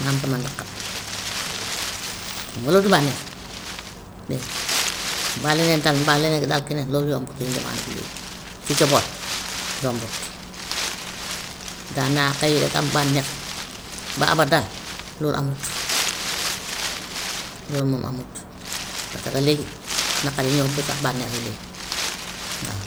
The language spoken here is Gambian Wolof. ma am sama naqar xam nga loolu du bànneex, dégg nga, mbaa leneen tam mbaa leneen dal keneen loolu yombut suñu jamano bi léegi ci njaboot yombut. Daan naa xëy rek am bànneex ba abadan loolu amut loolu moom amut, parce que léegi naqar yi ñoo ëpp sax bànneex yi léegi waaw.